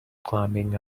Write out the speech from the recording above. climbing